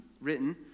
written